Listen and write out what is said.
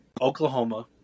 Oklahoma